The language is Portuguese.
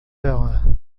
ela